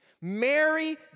Mary